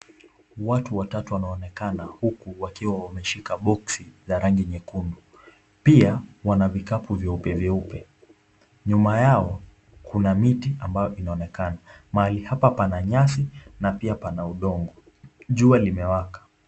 Watu watatu wanaonekana huku wakiwa wameshika boxi la rangi nyekundu pia wana vikapu vyeupe vyeupe, nyuma yao kuna miti ambayo inaonekana, mahali hapa pana nyasi na pia pana udongo, jua limewaka.